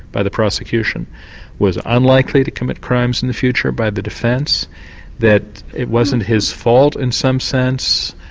by the prosecution was unlikely to commit crimes in the future, by the defence that it wasn't his fault in some sense,